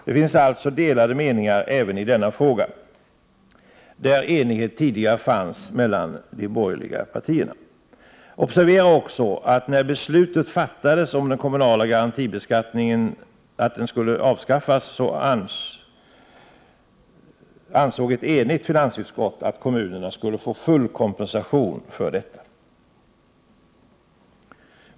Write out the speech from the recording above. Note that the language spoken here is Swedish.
Det råder alltså delade meningar även i den frågan, där enighet tidigare fanns mellan de borgerliga partierna. Observera också att när beslutet fattades om att den kommunala garantibeskattningen skulle avskaffas ansåg ett enigt finansutskott att kommunerna skulle få full kompensation för det.